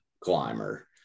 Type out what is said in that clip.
climber